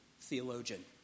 theologian